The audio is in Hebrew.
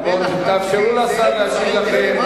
תאפשרו לשר להשיב לכם.